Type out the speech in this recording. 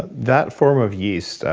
that form of yeast,